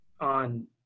on